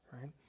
right